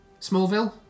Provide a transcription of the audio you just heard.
Smallville